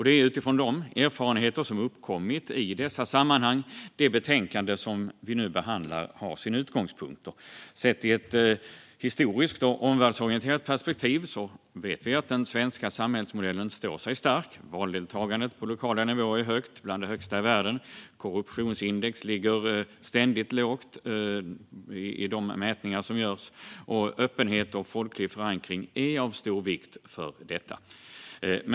Det är utifrån de erfarenheter som uppkommit i dessa sammanhang som det betänkande som nu behandlas har sin utgångspunkt. Sett i ett historiskt och omvärldsorienterat perspektiv vet vi att den svenska samhällsmodellen står sig stark. Valdeltagandet även på lokala nivåer är högt, bland de högsta i världen. I korruptionsindex ligger vi ständigt lågt i de mätningar som görs. Öppenhet och folklig förankring är av stor vikt för detta.